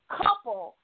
couple